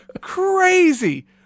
Crazy